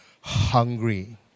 hungry